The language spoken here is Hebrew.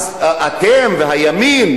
אז אתם והימין,